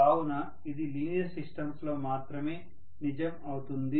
కావున ఇది linear systems లో మాత్రమే నిజం అవుతుంది